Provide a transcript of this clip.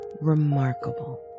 remarkable